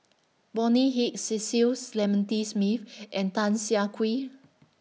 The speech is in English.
Bonny Hicks Cecil Clementi Smith and Tan Siah Kwee